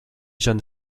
jeanne